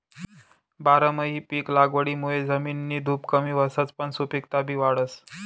बारमाही पिक लागवडमुये जमिननी धुप कमी व्हसच पन सुपिकता बी वाढस